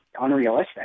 unrealistic